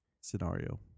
Scenario